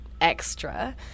extra